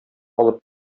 алып